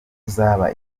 uzaba